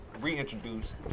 reintroduce